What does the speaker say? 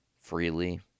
freely